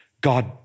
God